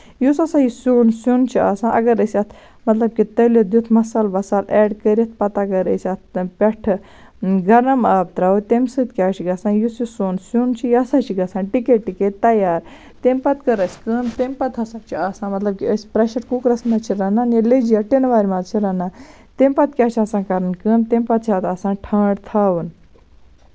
یُس ہسا یہِ سیُن سیُن چھُ آسان اَگر أسۍ اَتھ مطلب کہِ تٔلِتھ دِتھ مَسالہٕ وَسالہٕ ایڈ کٔرِتھ پَتہٕ اَگر أسۍ اَتھ پٮ۪ٹھٕ گرَم آب تراوو تَمہِ سۭتۍ کیاہ چھُ گژھان یُس یہِ سون سیُن چھُ یہِ ہسا چھُ گژھان ٹِکے ٹِِکے تَیار تَمہِ پَتہٕ کٔر اَسہِ کٲم تَمہِ پَتہٕ ہسا چھِ آسان مطلب کہِ أسۍ پریشَر کُکرَس منٛز چھِ رَنانن یا لیٚجہِ یا ٹِنہٕ وارِ منٛز چھِ رَنان تَمہِ پَتہٕ کیاہ چھُ آسان کَرٕنۍ کٲم تَمہِ پَتہٕ چھُ اَتھ آسان ٹھانڈ تھاوُن